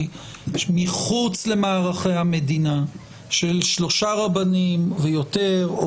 מחוץ למערכי המדינה של 3 רבנים ויותר,